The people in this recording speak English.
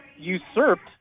usurped